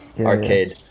arcade